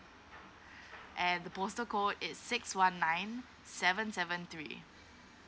and the postal code is six one nine seven seven three